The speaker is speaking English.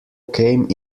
came